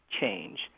change